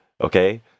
okay